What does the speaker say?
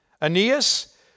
Aeneas